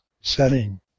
Setting